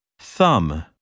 Thumb